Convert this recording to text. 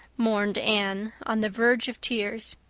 mourned anne, on the verge of tears.